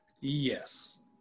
yes